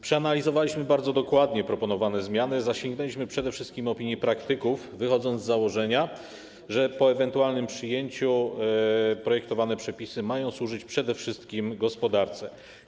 Przeanalizowaliśmy bardzo dokładnie proponowane zmiany, zasięgnęliśmy opinii praktyków, wychodząc z założenia, że po ewentualnym przyjęciu projektowane przepisy mają służyć przede wszystkim gospodarce.